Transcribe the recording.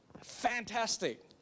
fantastic